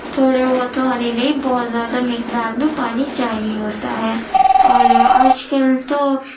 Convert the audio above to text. تھوڑے بہت پانی نہیں بہت زیادہ مقدار میں پانی چاہیے ہوتا ہے اور آج کل تو